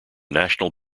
national